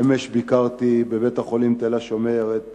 אמש ביקרתי בבית-החולים "תל השומר" את